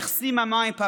(אומר בצרפתית: תודה, אבא